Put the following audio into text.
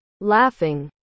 Laughing